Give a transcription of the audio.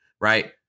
Right